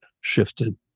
shifted